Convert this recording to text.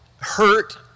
hurt